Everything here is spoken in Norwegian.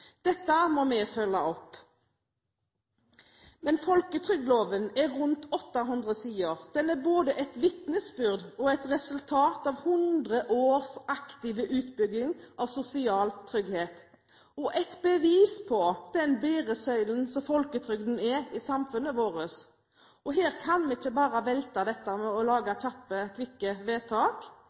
Dette må vi følge opp. Folketrygdloven er på rundt 800 sider. Den er både et vitnesbyrd og et resultat av 100 års aktiv utbygging av sosial trygghet – et bevis på den bæresøylen folketrygden er i samfunnet vårt. Her kan vi ikke bare velte dette ved å gjøre kjappe, kvikke vedtak.